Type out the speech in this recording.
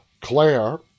Claire